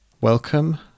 Welcome